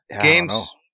games